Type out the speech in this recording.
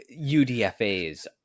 UDFAs